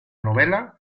novela